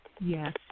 Yes